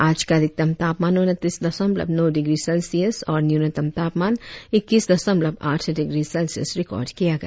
आज का अधिकतम तापमान उनतीस दशमलव नौ डिग्री सेल्सियस और न्यूनतम तापमान इक्कीस दशमलव आठ डिग्री सेल्सियस रिकार्ड किया गया